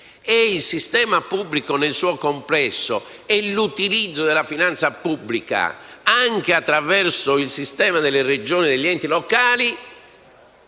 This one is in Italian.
e il sistema pubblico nel suo complesso con l'utilizzo della finanza pubblica, anche attraverso il sistema delle Regioni e degli enti locali,